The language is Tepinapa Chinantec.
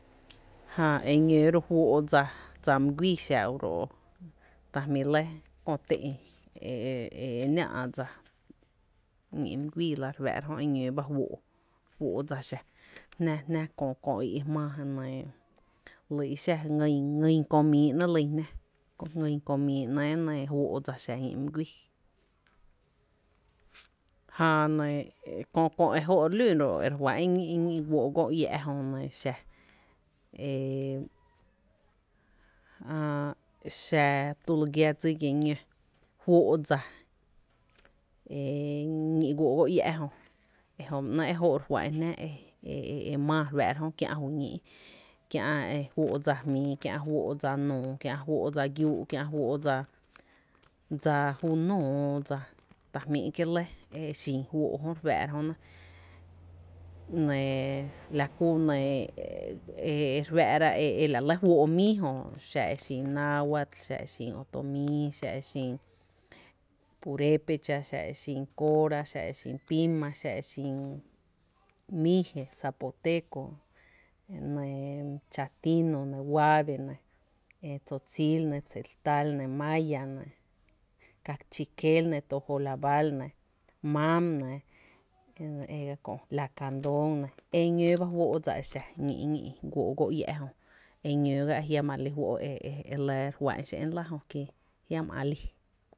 Jää e ñǿǿ ro’ fóó’ dsa mú guii xa o ta jmí’ lɇ kö té’n e nⱥⱥ’ dsa ñí’ my guiiilⱥ re fⱥⱥ’ra jönɇ jná, jná kö í’ jmⱥⱥ nɇɇ ly i’ xa ngyn kö mii ‘néé’ lýn jná, ngyn kö míí ‘néé’ fóó’ dsa e xa ñí’ my guíi, jää köö e jóo’ re lún ro’ re fá’n e ñí’ ñí’ guóói’ go Iá’ JÖ xa e a xa tulu gia dsi giⱥ ñó fóó’ dsa e ñí’ guóó’ go ïä’ jö ejöba ‘néé’ e re lí fó’ re fá’n jná e e maa kiä’ ju ñíí’ kiä’ fóó’ dsa jmíí, kiä’ fóó’ dsa giúú’ kiä’ fóó’ dsa dsa ju nóoó dsa ta jmí’ kié’ lɇ e xin fóó’ re f´paá’ra jö nɇ, nɇɇ la kú nɇɇ e re fⱥⱥ’ra e la lɇ fóó’ míí jö, xa e xin otomí, purépecha, xa e xin pima, xa e xin mixe, zapoteco, e nɇɇ chitnino nɇɇ, huave nɇɇ, e Tzotzil nɇ cental nɇ, maya, cachiquel nɇ tojolabal nɇ mam nɇ e ga kö, lacandon nɇ e ñoo ba juóó dsa e xa ñí’ guoo’ go iä’ jö, eñoo ga e jiama re lí fó’ re juá’n xé’n lⱥ jö ki jiama lii.